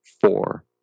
four